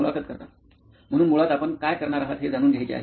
मुलाखत कर्ता म्हणून मुळात आपण काय करणार आहात हे जाणून घ्यायचे आहे